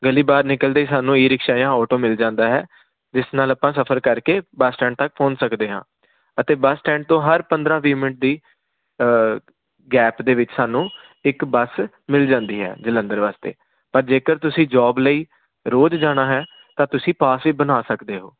ਗਲੀ ਬਾਹਰ ਨਿਕਲਦੇ ਸਾਨੂੰ ਈ ਰਿਕਸ਼ਾ ਜਾਂ ਆਟੋ ਮਿਲ ਜਾਂਦਾ ਹੈ ਜਿਸ ਨਾਲ ਆਪਾਂ ਸਫ਼ਰ ਕਰਕੇ ਬੱਸ ਸਟੈਂਡ ਤੱਕ ਪਹੁੰਚ ਸਕਦੇ ਹਾਂ ਅਤੇ ਬੱਸ ਸਟੈਂਡ ਤੋਂ ਹਰ ਪੰਦਰਾਂ ਵੀਹ ਮਿੰਟ ਦੀ ਗੈਪ ਦੇ ਵਿੱਚ ਸਾਨੂੰ ਇੱਕ ਬਸ ਮਿਲ ਜਾਂਦੀ ਹੈ ਜਲੰਧਰ ਵਾਸਤੇ ਪਰ ਜੇਕਰ ਤੁਸੀਂ ਜੋਬ ਲਈ ਰੋਜ਼ ਜਾਣਾ ਹੈ ਤਾਂ ਤੁਸੀਂ ਪਾਸ ਵੀ ਬਣਾ ਸਕਦੇ ਹੋ